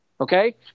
okay